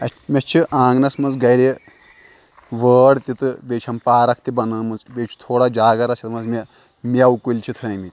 اسہِ مےٚ چھِ آنٛگنس منٛز گرِ وٲر تہِ تہٕ بیٚیہِ چھم پارک تہِ بنٲمٕژ بیٚیہِ چھ تھوڑا جگہٕ رژھ یَتھ منٛز مےٚ مٮ۪وٕ کُلۍ چھِ تھٲے مٕتۍ